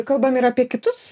kalbam ir apie kitus